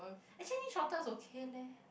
actually shorter is okay leh